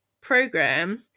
program